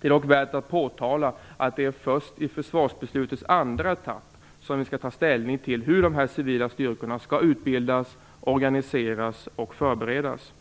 Det är dock värt att påtala att det är först i försvarsbeslutets andra etapp som vi skall ta ställning till hur dessa civila styrkor skall utbildas, organiseras och förberedas.